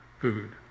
food